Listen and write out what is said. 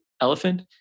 elephant